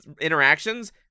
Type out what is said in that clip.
interactions